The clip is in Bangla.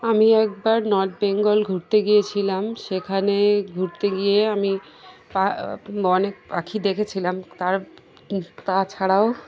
আমি একবার নর্থ বেঙ্গল ঘুরতে গিয়েছিলাম সেখানে ঘুরতে গিয়ে আমি পা অনেক পাখি দেখেছিলাম তার তাছাড়াও